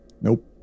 Nope